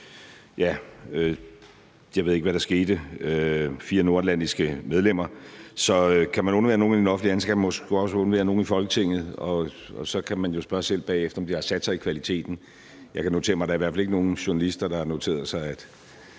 og jeg ved ikke, hvad der skete, men kan man undvære nogle i den offentlige sektor, kan man måske også undvære nogle i Folketinget, og så kan man jo spørge sig selv bagefter, om det har sat sig som kvalitet. Jeg kan notere mig, at der i hvert fald ikke er nogen journalister, der har noteret sig, at